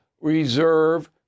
reserve